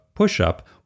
push-up